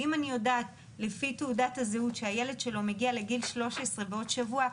ואם אני יודעת לפי תעודת הזהות שהילד שלו מגיע לגיל 13 בעוד שבוע,